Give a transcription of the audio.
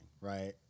right